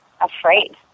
afraid